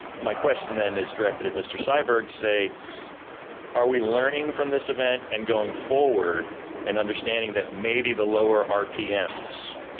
my question then is directed at mr. syberg to say are we learning from this event and going forward in understanding that maybe the lower rpms,